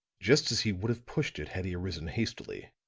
just as he would have pushed it had he arisen hastily.